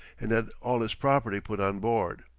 and had all his property put on board.